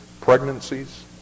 pregnancies